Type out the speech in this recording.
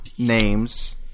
names